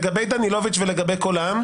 לגבי דנילוביץ' ולגבי קול העם?